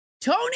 Tony